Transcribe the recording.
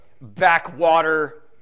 backwater